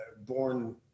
born